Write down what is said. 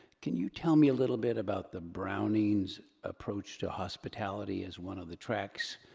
can you tell me a little bit about the browning's approach to hospitality as one of the tracks?